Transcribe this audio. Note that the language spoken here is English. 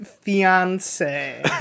fiance